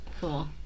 Cool